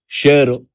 share